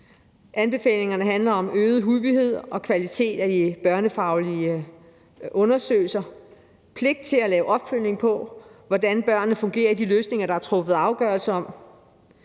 Anbefalingerne handler om øget hyppighed af og kvalitet i de børnefaglige undersøgelser; pligt til at lave opfølgning af, hvordan børnene fungerer med de løsninger, der er truffet afgørelse om;